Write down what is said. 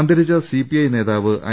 അന്തരിച്ച സിപിഐ നേതാവ് ഐ